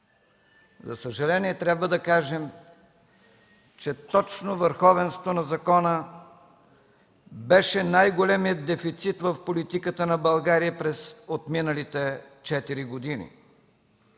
За съжаление, трябва да кажем, че точно върховенството на закона беше най-големият дефицит в политиката на България през отминалите четири години.